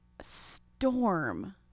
Storm